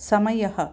समयः